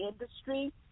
industry